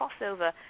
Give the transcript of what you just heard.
crossover